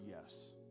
yes